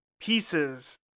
Pieces